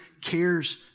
cares